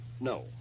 no